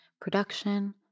production